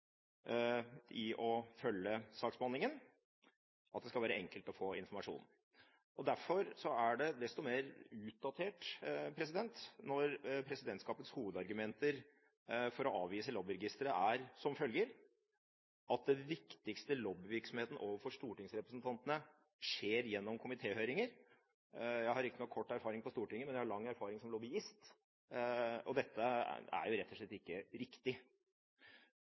i å følge saksbehandlingen – at det skal være enkelt å få informasjon. Derfor er det desto mer utdatert når presidentskapets hovedargumenter for å avvise lobbyregisteret er som følger: at den viktigste lobbyvirksomheten overfor stortingsrepresentantene skjer gjennom komitéhøringer. Jeg har riktignok kort erfaring på Stortinget, men jeg har lang erfaring som lobbyist, og dette er rett og slett ikke riktig.